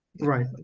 right